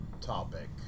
topic